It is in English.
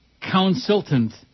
consultant